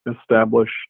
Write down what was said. establish